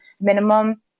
minimum